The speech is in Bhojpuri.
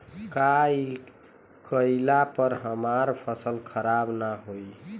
का कइला पर हमार फसल खराब ना होयी?